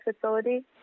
facility